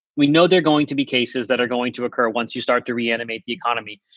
we know they're going to be cases that are going to occur once you start to reanimate the economy,